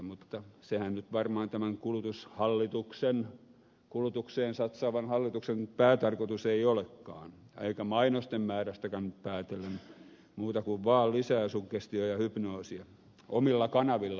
mutta sehän nyt varmaan tämän kulutushallituksen kulutukseen satsaavan hallituksen päätarkoitus ei olekaan eikä se mainosten määrästäkään päätellen muuta kuin vaan lisää suggestiota ja hypnoosia omilla kanavilla vielä